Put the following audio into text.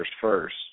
first